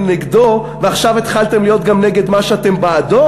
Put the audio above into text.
נגדו ועכשיו התחלתם להיות גם נגד מה שאתם בעדו?